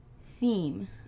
theme